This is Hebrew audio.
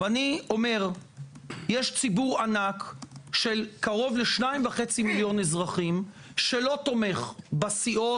אני אומר שיש ציבור ענק של קרוב ל-2.5 מיליון אזרחים שלא תומך בסיעות